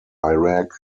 iraq